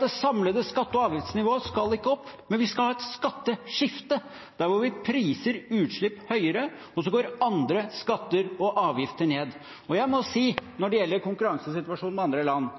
det samlede skatte- og avgiftsnivået skal ikke opp, men vi skal ha et skatteskifte, hvor vi priser utslipp høyere og andre skatter og avgifter går ned. Jeg må si når det gjelder konkurransesituasjonen med andre land: